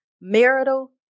marital